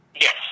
Yes